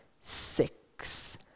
six